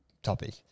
Topic